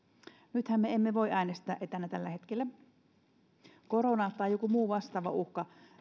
nythän me emme voi äänestää etänä tällä hetkellä korona tai joku muu vastaava uhka